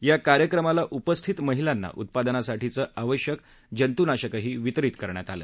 या कार्यक्रमाला उपस्थित महिलांना उत्पादनासाठीचं आवश्यत जंत्नाशकही वितरीत केलं गेलं